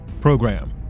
program